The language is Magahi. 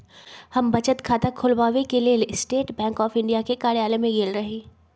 हम बचत खता ख़ोलबाबेके लेल स्टेट बैंक ऑफ इंडिया के कर्जालय में गेल रही